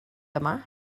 yma